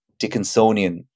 Dickinsonian